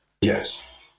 Yes